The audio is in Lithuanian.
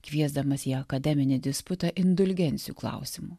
kviesdamas į akademinį disputą indulgencijų klausimu